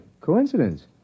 coincidence